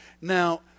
Now